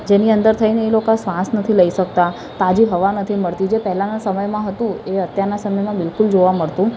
જેની અંદર થઈને એ લોકો શ્વાસ નથી લઈ શકતા તાજી હવા નથી મળતી જે પહેલાંના સમયમાં હતું એ અત્યારના સમયમાં બિલકુલ જોવા મળતું